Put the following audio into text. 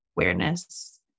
awareness